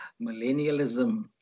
Millennialism